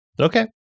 Okay